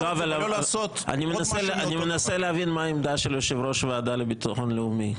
אני מנסה להבין מה העמדה של יושב-ראש הוועדה לביטחון לאומי.